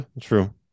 true